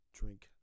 drink